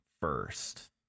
first